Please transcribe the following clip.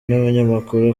n’abanyamakuru